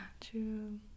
True